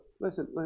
listen